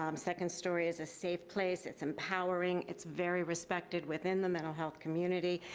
um second story is a safe place, it's empowering, it's very respected within the mental health community,